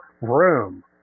room